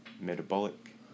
metabolic